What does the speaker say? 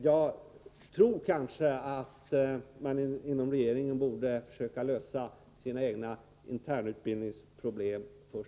Jag tror att man inom regeringen först borde försöka lösa sina egna internutbildningsproblem.